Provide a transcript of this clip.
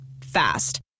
Fast